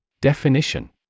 Definition